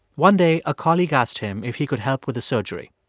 one day, a colleague asked him if he could help with a surgery.